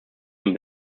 den